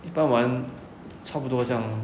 一般玩差不多像